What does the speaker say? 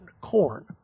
corn